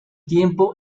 tiempo